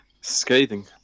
Scathing